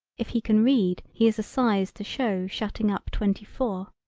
if he can read he is a size to show shutting up twenty-four.